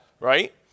right